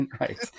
right